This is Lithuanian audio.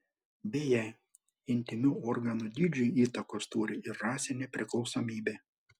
beje intymių organų dydžiui įtakos turi ir rasinė priklausomybė